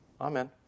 Amen